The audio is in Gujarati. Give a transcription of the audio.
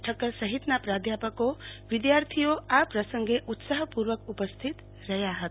ઠક્કર સહિતના પ્રાધ્યપકો વિધાર્થીઓ આ પ્રસંગે ઉત્સાફ પુ ર્વક ઉપસ્થિત રહ્યા હતા